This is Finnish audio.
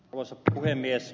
arvoisa puhemies